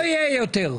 פה יהיה יותר.